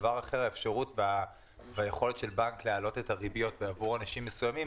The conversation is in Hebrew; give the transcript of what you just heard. ודבר אחר זה האפשרות והיכולת של בנק להעלות את הריביות באנשים מסוימים,